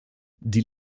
die